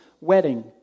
wedding